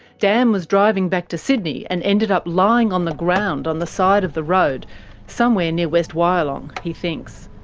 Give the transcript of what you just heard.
dan was driving back to sydney, and ended up lying on the ground on the side of the road somewhere near west wyalong, he thinks.